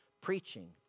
Preaching